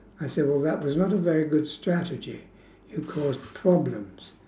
I said well that was not a very good strategy it caused problems